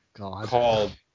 called